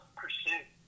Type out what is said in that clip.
pursuit